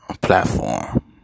platform